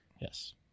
Yes